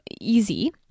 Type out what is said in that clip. easy